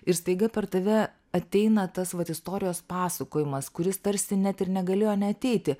ir staiga per tave ateina tas vat istorijos pasakojimas kuris tarsi net ir negalėjo neateiti